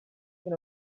can